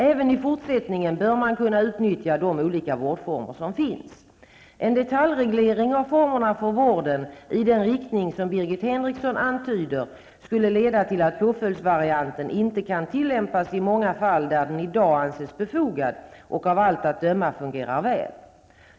Även i fortsättningen bör man kunna utnyttja de olika vårdformer som finns. En detaljreglering av formerna för vården i den riktning som Birgit Henriksson antyder, skulle leda till att påföljdsvarianten inte kan tillämpas i många fall där den i dag anses befogad och av allt att döma fungerar väl.